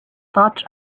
thought